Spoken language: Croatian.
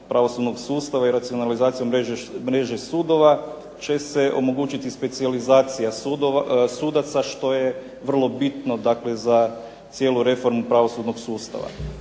pravosudnog sustava i racionalizacijom mreže sudova će se omogućiti specijalizacija sudaca što je vrlo bitno, dakle za cijelu reformu pravosudnog sustava.